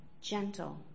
Gentle